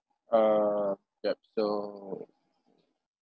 um yup so